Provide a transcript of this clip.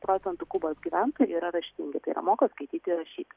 procentų kubos gyventojų yra raštingi tai yra moka skaityti ir rašyti